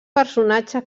personatge